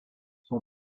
son